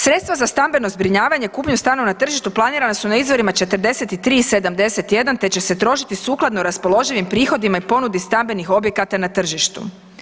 Sredstva za stambeno zbrinjavanje kupnjom stana na tržištu planirana su na izvorima 43 i 71, te će se trošiti sukladno raspoloživim prihodima i ponudi stambenih objekata na tržištu.